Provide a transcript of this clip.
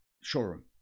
Showroom